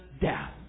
death